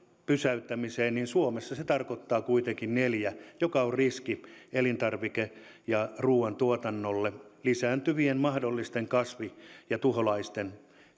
niin suomessa se tarkoittaa kuitenkin neljää joka on riski elintarvike ja ruuantuotannolle lisääntyvien mahdollisten kasvituholaisten